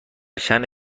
شأن